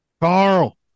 Carl